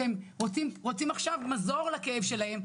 של מאבטחים בביה"ח,